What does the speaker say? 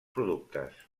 productes